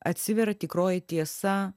atsiveria tikroji tiesa